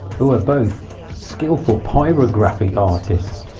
who are both skillful pyrography artists,